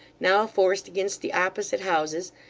now forced against the opposite houses,